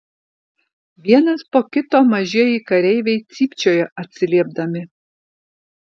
vienas po kito mažieji kareiviai cypčiojo atsiliepdami